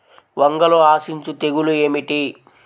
వంగలో ఆశించు తెగులు ఏమిటి?